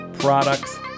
products